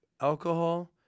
alcohol